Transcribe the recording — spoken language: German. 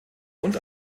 und